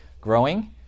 growing